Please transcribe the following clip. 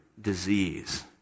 disease